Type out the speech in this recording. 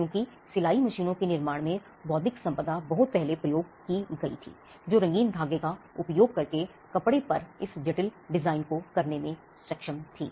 क्योंकि सिलाई मशीनों के निर्माण में बौद्धिक संपदा बहुत पहले प्रयोग की गई थी जो रंगीन धागे का उपयोग करके कपड़े पर इस जटिल डिजाइन को करने में सक्षम थी